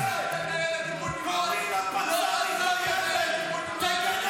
פנים שבאים לפרוץ לבסיס צה"ל בזמן מלחמה.